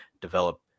develop